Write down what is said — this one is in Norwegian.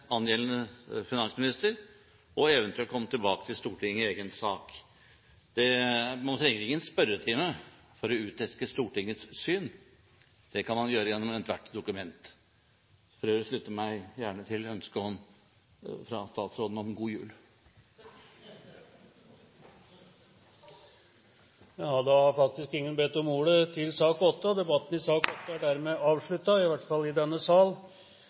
angjeldende finansminister og eventuelt komme tilbake til Stortinget med en egen sak. Man trenger ingen spørretime for å uteske Stortingets syn. Det kan man gjøre gjennom ethvert dokument. For øvrig slutter jeg meg gjerne til ønsket fra statsråden om god jul. Flere har ikke bedt om ordet til sak nr. 8. Debatten i sak nr. 8 er dermed avsluttet – i hvert fall i denne sal.